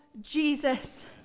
Jesus